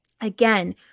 Again